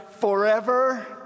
forever